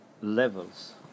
levels